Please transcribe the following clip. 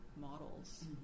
models